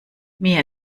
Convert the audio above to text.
mir